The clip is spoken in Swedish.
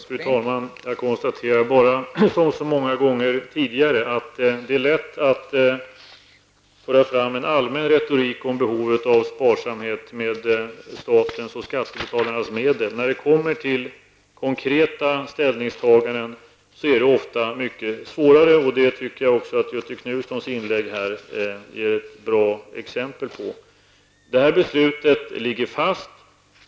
Fru talman! Jag konstaterar bara, som så många gånger tidigare, att det är lätt att föra en allmän retorik om behovet av sparsamhet med statens och skattebetalarnas medel, men när det kommer till konkreta ställningstaganden är det ofta mycket svårare. Det anser jag också att Göthe Knutsons inlägg här ger ett bra exempel på. Detta beslut ligger fast.